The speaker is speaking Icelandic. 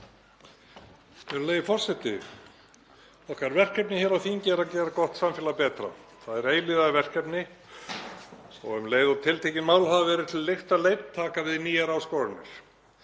Virðulegi forseti. Okkar verkefni hér á þingi er að gera gott samfélag betra. Það er eilífðarverkefni og um leið og tiltekin mál hafa verið til lykta leidd taka við nýjar áskoranir.